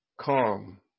calm